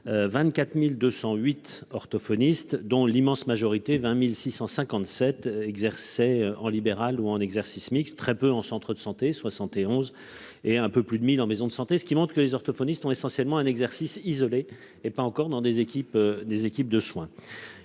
24.208 orthophoniste dont l'immense majorité 20.657 exerçait en libéral ou en exercice mixte très peu en centre de santé 71 et un peu plus de 1000 en maison de santé, ce qui montre que les orthophonistes ont essentiellement un exercice isolé et pas encore dans des équipes, des